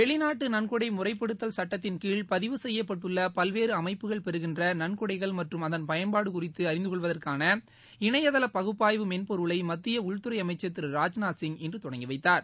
வெளிநாட்டு நன்கொடை முறைப்படுத்தல் சட்டத்தின்கீழ் பதிவு செய்யப்பட்டுள்ள பல்வேறு அமைப்புகள் பெறுகின்ற நன்கொடைகள் மற்றும் அதன் பயன்பாடு குறித்து அறிந்தகொள்வதற்கான இணையதள பகுப்பாய்வு மென்பொருளை மத்திய உள்துறை அமைச்சர் திரு ராஜ்நாத் சிங் இன்று தொடங்கிவைத்தார்